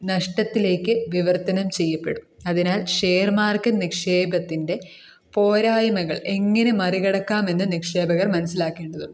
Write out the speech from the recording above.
നഷ്ടത്തിലേയ്ക്ക് വിവർത്തനം ചെയ്യപ്പെടും അതിനാൽ ഷെയർ മാർക്കറ്റ് നിക്ഷേപത്തിൻ്റെ പോരായ്മകൾ എങ്ങനെ മറികടക്കാമെന്ന് നിക്ഷേപകർ മനസ്സിലാക്കേണ്ടതുണ്ട്